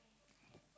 <S<